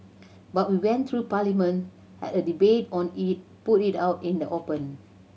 but we went through Parliament had a debate on it put it out in the open